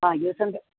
ആ ജ്യൂസ് ഉണ്ട്